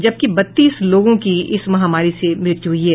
जबकि बत्तीस लोगों की इस महामारी से मृत्यु हुई है